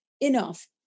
enough